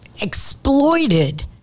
exploited